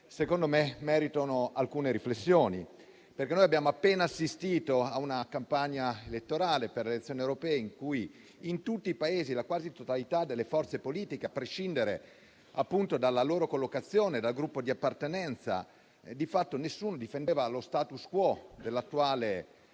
secondo me, meritano alcune riflessioni. Noi abbiamo appena assistito a una campagna elettorale per le elezioni europee in cui tutti i Paesi e la quasi totalità delle forze politiche, a prescindere dalla loro collocazione e dal Gruppo di appartenenza, di fatto non difendevano lo *status quo* dell'attuale